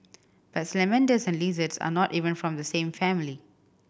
but salamanders and lizards are not even from the same family